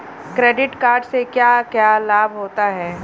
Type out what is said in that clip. Credit card से क्या क्या लाभ होता है?